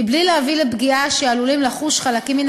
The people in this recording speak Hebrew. בלי להביא לפגיעה שעלולים לחוש חלקים מן